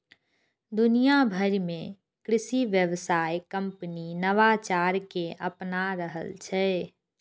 दुनिया भरि मे कृषि व्यवसाय कंपनी नवाचार कें अपना रहल छै